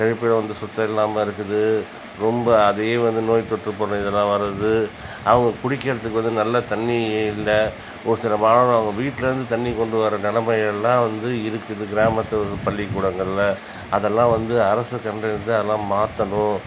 கழிப்பிடம் வந்து சுத்தம் இல்லாமல் இருக்குது ரொம்ப அதே வந்து நோய் தொற்று போன்ற இதலாம் வருது அவங்க குடிக்கிறதுக்கு வந்து நல்ல தண்ணிர் இல்லை ஒரு சில மாணவர்கள் அவங்க வீட்டுலேருந்து தண்ணி கொண்டு வர நிலைமைகள்லாம் வந்து இருக்குது கிராமத்தில் இருக்க பள்ளிக்கூடங்களில் அதெல்லாம் வந்து அரசு கண்டு அறிந்து அதெல்லாம் மாற்றணும்